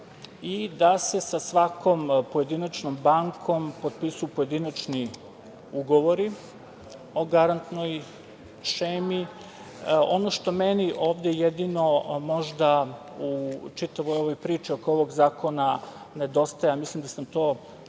i da se sa svakom pojedinačnom bankom potpisuju pojedinačni ugovori o garantnoj šemi. Ono što meni ovde jedino, možda u čitavoj ovoj priči oko ovog zakona nedostaje, a mislim da sam to rekao